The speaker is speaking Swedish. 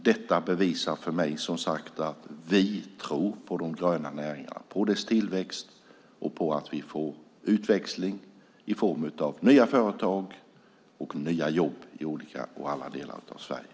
Detta bevisar för mig, som sagt, att vi tror på de gröna näringarna, på dess tillväxt och på att vi får utväxling i form av nya företag och nya jobb i alla delar av Sverige.